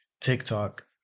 TikTok